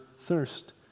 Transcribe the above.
thirst